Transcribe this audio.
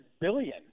billion